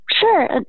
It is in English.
Sure